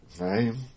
name